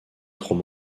trop